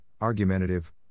argumentative